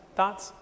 Thoughts